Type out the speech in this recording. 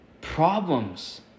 problems